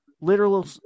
literal